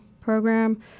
program